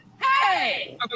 Hey